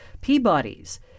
Peabody's